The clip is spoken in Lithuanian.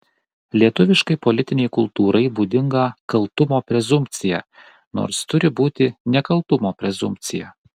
lietuviškai politinei kultūrai būdinga kaltumo prezumpcija nors turi būti nekaltumo prezumpcija